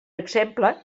exemple